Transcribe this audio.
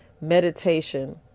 meditation